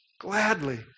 gladly